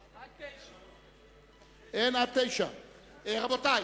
עד 9. אין הסתייגויות עד סעיף 9. רבותי,